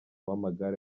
w’amagare